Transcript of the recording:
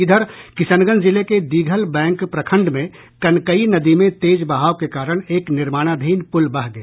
इधर किशनगंज जिले के दीघल बैंक प्रखंड में कनकई नदी में तेज बहाव के कारण एक निर्माणाधीन पूल बह गया